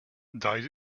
died